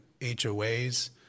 HOAs